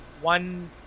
one